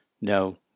No